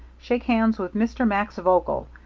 shake hands with mr. max vogel,